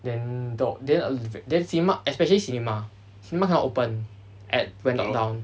then the then then cinema especially cinema cinema cannot open at when locked down